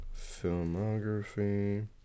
filmography